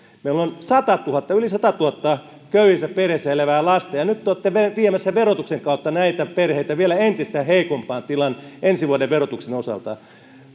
meillä on yli sadassatuhannessa köyhissä perheissä elävää lasta ja nyt te olette viemässä verotuksen kautta näitä perheitä vielä entistä heikompaan tilaan ensi vuoden verotuksen osalta